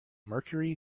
mercury